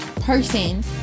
person